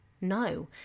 no